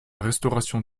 restauration